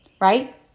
right